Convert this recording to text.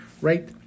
Right